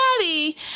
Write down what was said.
Daddy